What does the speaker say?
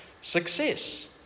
success